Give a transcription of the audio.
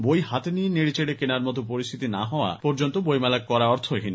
বই হাতে নিয়ে নেড়েচেড়ে কেনার মতো পরিস্থিতি না হওয়া পর্যন্ত বইমেলা করা অর্থহীন